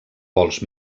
vols